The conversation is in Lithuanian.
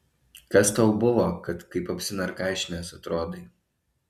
kas tau buvo kad kaip apsinarkašinęs atrodai